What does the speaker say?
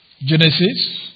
Genesis